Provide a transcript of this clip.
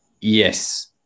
Yes